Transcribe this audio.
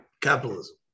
capitalism